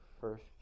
first